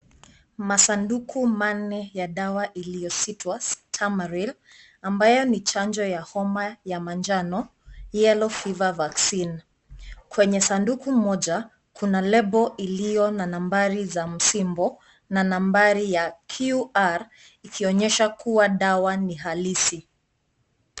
Masanduku manne ya dawa iliyositwa Tamaril ,ambayo ni chanjo ya homa ya manjano, Yellow Fever Vaccine . Kwenye sanduku moja, kuna lebo iliyo na nambari za msimbo na nambari ya QR ikionyesha kuwa dawa ni halisi.